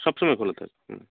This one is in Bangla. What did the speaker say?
সবসময় খোলা থাকে হুম